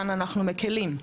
כאן אנחנו מקלים.